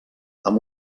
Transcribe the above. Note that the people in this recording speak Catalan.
amb